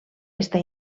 està